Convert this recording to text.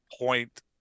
point